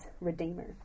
redeemer